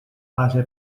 base